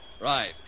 Right